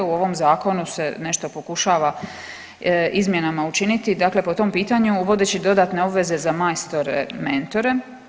U ovom zakonu se nešto pokušava izmjenama učiniti, dakle po tom pitanju uvodeći dodatne obveze za majstore mentore.